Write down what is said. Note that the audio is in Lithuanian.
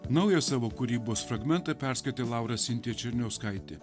naujo savo kūrybos fragmentą perskaitė laura sintija černiauskaitė